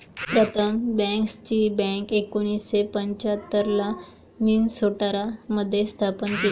प्रथम बँकर्सची बँक एकोणीसशे पंच्याहत्तर ला मिन्सोटा मध्ये स्थापन झाली